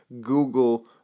Google